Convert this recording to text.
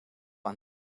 aan